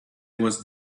was